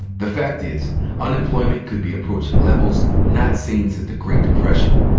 the fact is unemployment could be approaching levels not seen since the great depression.